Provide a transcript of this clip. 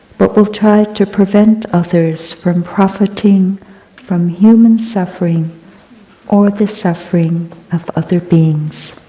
but will try to prevent others from profiting from human suffering or the suffering of other beings.